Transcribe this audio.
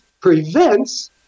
prevents